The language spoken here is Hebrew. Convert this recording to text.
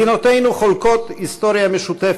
מדינותינו חולקות היסטוריה משותפת,